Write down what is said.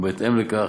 בהתאם לכך,